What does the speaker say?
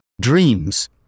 dreams